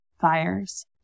fires